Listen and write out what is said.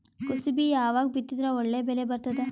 ಕುಸಬಿ ಯಾವಾಗ ಬಿತ್ತಿದರ ಒಳ್ಳೆ ಬೆಲೆ ಬರತದ?